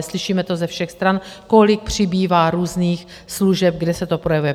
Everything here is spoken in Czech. Slyšíme to ze všech stran, kolik přibývá různých služeb, kde se to projevuje.